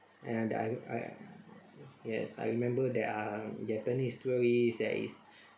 and I I yes I remember there are japanese tourists there is